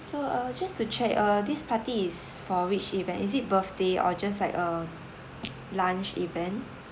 so uh just to check uh this party is for which event is it birthday or just like a lunch event